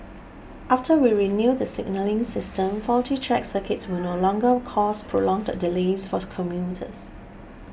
after we renew the signalling system faulty track circuits will no longer cause prolonged delays force commuters